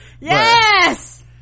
Yes